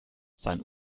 sein